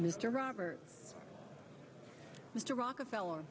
mr robert mr rockefeller